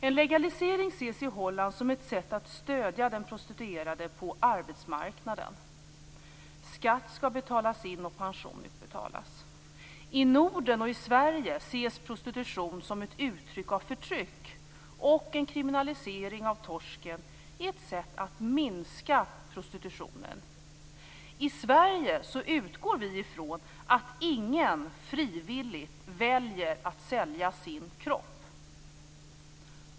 En legalisering ses i Holland som ett sätt att stödja den prostituerade på arbetsmarknaden. Skatt skall betalas in och pension utbetalas. I Norden och i Sverige ses prostitution som ett uttryck för förtryck, och en kriminalisering av torsken är ett sätt att minska prostitutionen. I Sverige utgår vi från att ingen frivilligt väljer att sälja sin kropp.